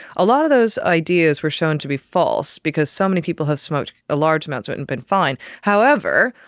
a lot of those ideas were shown to be false because so many people have smoked ah large amounts of it and been fine. however,